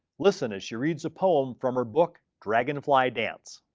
listen as she reads a poem from her book dragonfly dance.